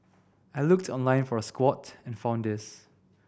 I looked online for a squat and found this